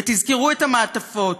ותזכרו את המעטפות,